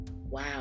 Wow